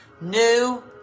New